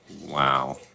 Wow